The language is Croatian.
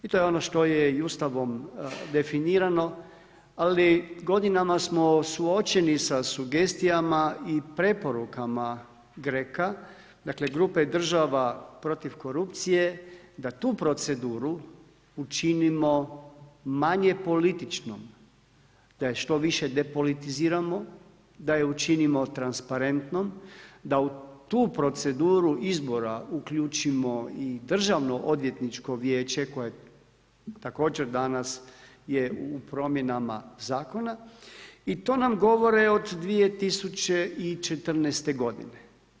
I to je ono što je i Ustavom definirano ali godinama smo suočeni sa sugestijama i preporukama GRECA, dakle, grupe država protiv korupcije da tu proceduru učinimo manje političnom, da je što više depolitiziramo, da je učinimo transparentnom, da u tu proceduru izbora uključimo i Državno-odvjetničko vijeće koje također danas je u promjenama zakona i to nam govore od 2014. godine.